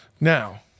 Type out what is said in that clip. Now